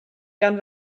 gan